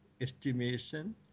estimation